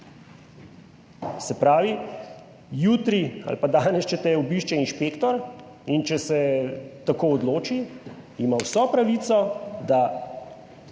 Se pravi jutri ali pa danes, če te obišče inšpektor in če se tako odloči, ima vso pravico, da